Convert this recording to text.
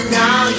now